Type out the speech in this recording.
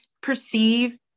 perceive